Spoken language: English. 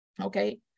okay